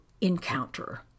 encounter